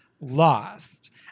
lost